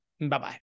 Bye-bye